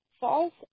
False